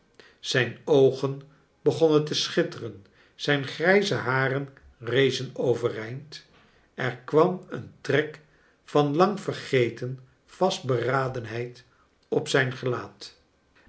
zijn oogen begonnen to schitteren zijn grijze haren rezen overeind er kwam een trek van lang vergeten vastberadenheid op zijn gelaat